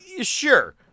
Sure